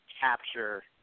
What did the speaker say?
capture